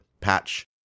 patch